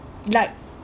like